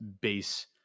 base